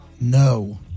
No